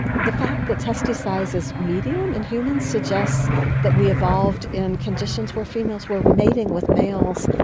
the fact that testes size is medium in humans suggests that we evolved in conditions where females were mating with males,